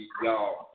y'all